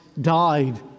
died